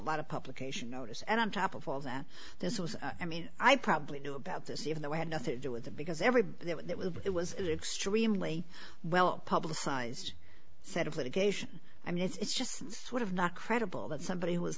lot of publication notice and on top of all that this was i mean i probably knew about this even though i had nothing to do with the because everybody it was it was extremely well publicized set of litigation i mean it's just sort of not credible that somebody w